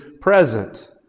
present